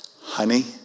honey